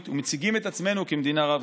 ומציגים את עצמנו כמדינה רב-תרבותית.